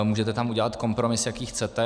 Můžete tam udělat kompromis, jaký chcete.